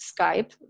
Skype